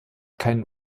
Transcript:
keinen